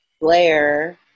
Blair